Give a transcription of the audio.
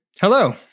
hello